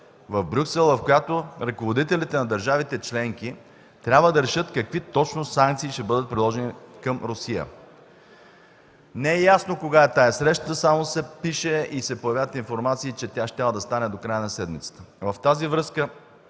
в Брюксел, в която ръководителите на държавите членки трябва да решат какви точно санкции ще бъдат приложени към Русия. Не е ясно кога е тази среща. Само се пише и се появяват информации, че тя щяла да стане до края на седмицата. Във връзка